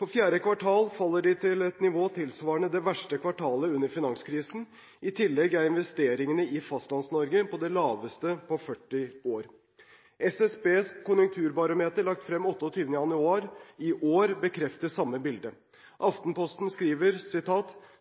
For fjerde kvartal faller de til et nivå tilsvarende det verste kvartalet under finanskrisen. I tillegg er investeringene i Fastlands-Norge de laveste på 40 år. SSBs konjunkturbarometer lagt frem 28. januar i år bekrefter det samme bildet. Aftenposten skriver: